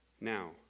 Now